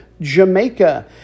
jamaica